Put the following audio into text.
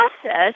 process